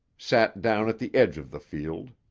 sat down at the edge of the field.